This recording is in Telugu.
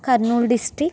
కర్నూల్ డిస్టిక్